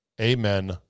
Amen